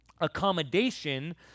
accommodation